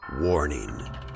Warning